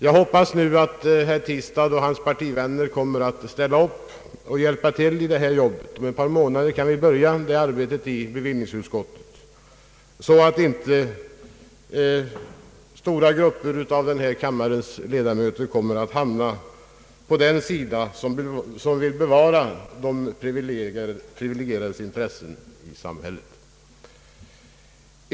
Jag hoppas nu att herr Tistad och hans partivänner kommer att ställa upp och hjälpa till i det här arbetet — om ett par månader kan vi börja arbetet inom bevillningsutskottet — så att inte stora grupper av denna kammares ledamöter kommer att hamna på den sida som vill bevara de privilegierades intressen i samhället.